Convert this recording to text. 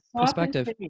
perspective